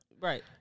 Right